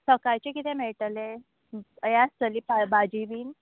सकाळचें कितें मेळटलें हें आसतली पाव भाजी बीन